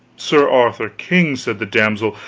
sir arthur king, said the damsel,